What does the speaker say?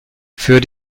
für